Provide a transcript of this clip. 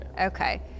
okay